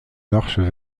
marchent